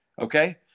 okay